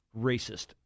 racist